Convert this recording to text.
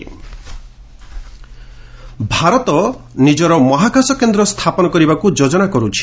ISRO mission Bharat ନିଜର ମହାକାଶ କେନ୍ଦ୍ର ସ୍ଥାପନ କରିବାକୁ ଯୋଜନା କରୁଛି